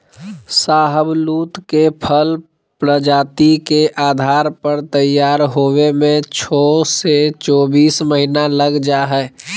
शाहबलूत के फल प्रजाति के आधार पर तैयार होवे में छो से चोबीस महीना लग जा हई